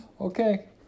Okay